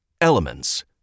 elements